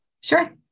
Sure